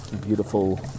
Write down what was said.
beautiful